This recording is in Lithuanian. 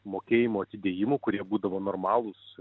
mokėjimo atidėjimų kurie būdavo normalūs